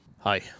Hi